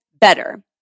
better